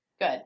Good